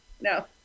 no